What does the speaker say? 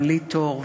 בלי תור,